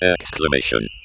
Exclamation